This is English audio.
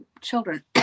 children